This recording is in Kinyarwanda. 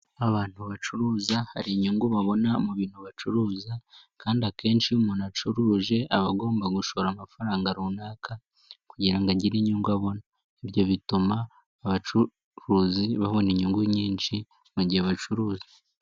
Abantu bacuruza hari inyungu babona mu bintu bacuruza kandi akenshi iyo umuntu acuruje aba agomba gushora amafaranga runaka kugira ngo agire inyungu abona, ibyo bituma abacuruzi babona inyungu nyinshi mu gihe bacuruza.